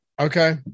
Okay